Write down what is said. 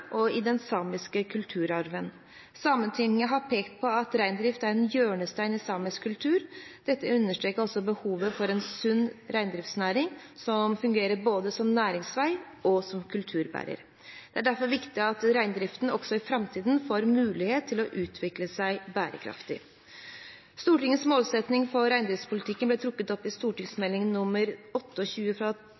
og i den samiske kulturarven. Sametinget har pekt på at reindrift er en hjørnestein i samisk kultur. Dette understreker også behovet for en sunn reindriftsnæring som fungerer både som næringsvei og som kulturbærer. Det er derfor viktig at reindriften også i framtiden får mulighet til å utvikle seg bærekraftig. Stortingets målsetting for reindriftspolitikken ble trukket opp i